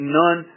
none